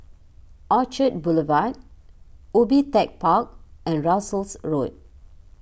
Orchard Boulevard Ubi Tech Park and Russels Road